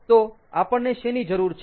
તો આપણને શેની જરૂર છે